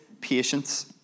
patience